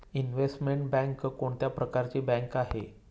Investment bank कोणत्या प्रकारची bank आहे?